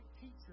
teacher